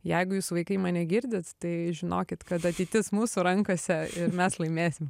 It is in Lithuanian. jeigu jūs vaikai mane girdit tai žinokit kad ateitis mūsų rankose ir mes laimėsim